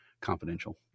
confidential